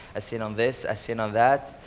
as seen on this, as seen on that.